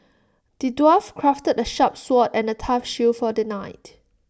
the dwarf crafted A sharp sword and A tough shield for the knight